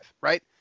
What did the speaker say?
right